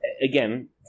again